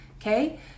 Okay